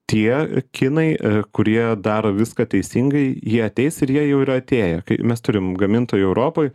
tie kinai kurie daro viską teisingai jie ateis ir jie jau yra atėję kai mes turim gamintojų europoj